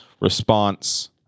response